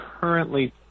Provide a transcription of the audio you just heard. currently